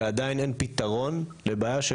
ועדיין אין פתרון לבעיה.